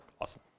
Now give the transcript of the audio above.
Awesome